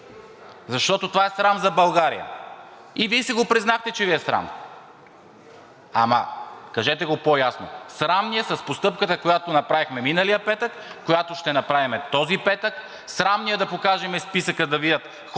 Защото това е срам за България, и Вие си го признахте, че Ви е срам. Ама, кажете го по-ясно: „Срам ни е с постъпката, която направихме миналия петък, която ще направим този петък. Срам ни е да покажем списъка да видят